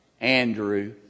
Andrew